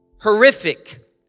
Horrific